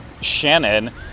Shannon